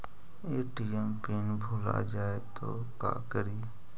ATM pin भुला जाए तो का करी?